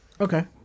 okay